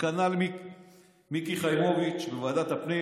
וכנ"ל מיקי חיימוביץ' בוועדת הפנים.